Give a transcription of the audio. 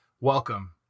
Welcome